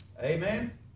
Amen